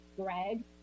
Greg